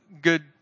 good